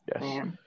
Yes